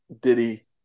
Diddy